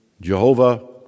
Jehovah